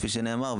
כפי שנאמר,